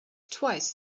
twice